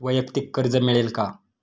वैयक्तिक कर्ज मिळेल का?